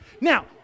now